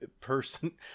person